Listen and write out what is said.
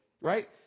right